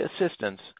assistance